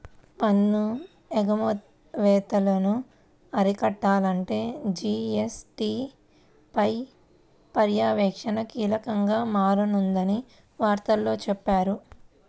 పన్ను ఎగవేతలను అరికట్టాలంటే జీ.ఎస్.టీ పై పర్యవేక్షణ కీలకంగా మారనుందని వార్తల్లో చెప్పారు